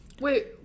Wait